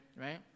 right